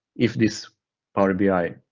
if this power bi,